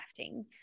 crafting